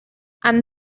and